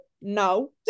No